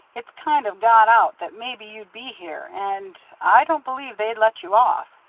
it's kind of got out that maybe you'd be here, and i don't believe they'd let you off.